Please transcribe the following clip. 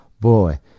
boy